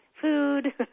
food